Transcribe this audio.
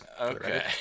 Okay